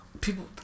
People